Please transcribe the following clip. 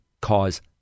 cause